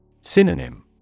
Synonym